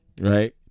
right